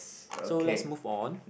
so let's move on